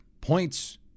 points